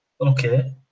Okay